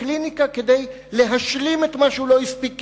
בקליניקה כדי להשלים את מה שהוא לא הספיק כתינוק.